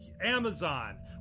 Amazon